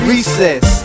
Recess